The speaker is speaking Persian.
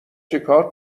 چیکار